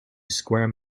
square